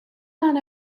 man